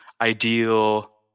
ideal